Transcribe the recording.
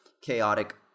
chaotic